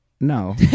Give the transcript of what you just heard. No